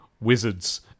wizards